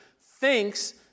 thinks